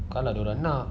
kalau dia orang nak